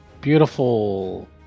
beautiful